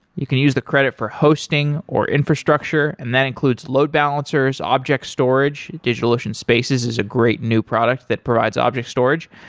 you can use the credit for hosting, or infrastructure, and that includes load balancers, object storage. digitalocean spaces is a great new product that provides object storage,